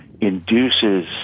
induces